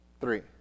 Three